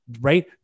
right